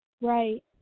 Right